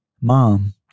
Mom